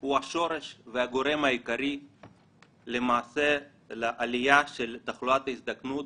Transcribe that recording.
הוא השורש והגורם העיקרי לעלייה של תחלואת ההזדקנות,